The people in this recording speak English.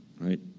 right